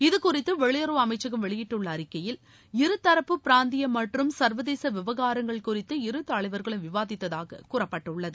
இது குறித்து வெளியுறவு அமைச்சகம் வெளியிட்டுள்ள அறிக்கையில் இருதரப்பு பிராந்திய மற்றும் சர்வதேச விவகாரங்கள் குறித்து இரு தலைவர்களும் விவாதித்ததாக கூறப்பட்டுள்ளது